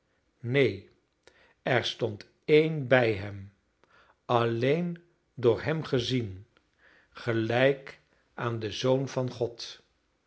neen er stond een bij hem alleen door hem gezien gelijk aan den zoon van god